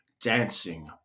dancing